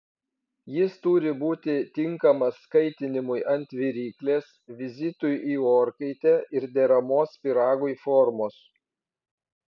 jis turi būti tinkamas kaitinimui ant viryklės vizitui į orkaitę ir deramos pyragui formos